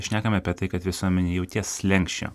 šnekam apie tai kad visuomenė jau ties slenksčiu